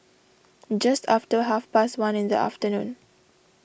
just after half past one in the afternoon